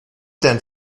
denn